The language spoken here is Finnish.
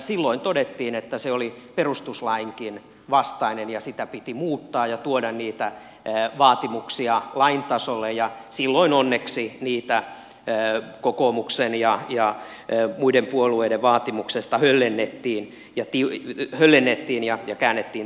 silloin todettiin että se oli perustuslainkin vastainen ja sitä piti muuttaa ja tuoda niitä vaatimuksia lain tasolle ja silloin onneksi niitä kokoomuksen ja muiden puolueiden vaatimuksesta höllennettiin ja käännettiin toisin päin